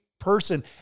person